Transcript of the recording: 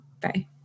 Bye